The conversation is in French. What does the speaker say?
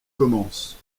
commence